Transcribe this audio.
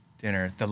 dinner